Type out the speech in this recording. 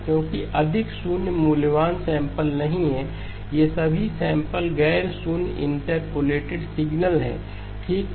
क्योंकि अधिक शून्य मूल्यवान सैंपल नहीं हैं ये सभी सैंपल गैर शून्य इंटरपोलेटेड सिग्नल है ठीक हैं